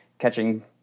catching